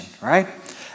right